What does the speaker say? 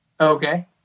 Okay